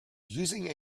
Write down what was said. using